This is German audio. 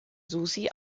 susi